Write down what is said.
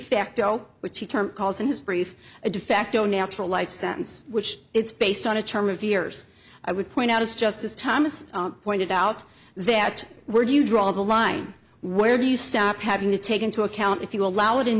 facto which he term calls in his brief a defacto natural life sentence which is based on a term of years i would point out as justice thomas pointed out that where do you draw the line where do you stop having to take into account if you allow it in